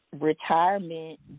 retirement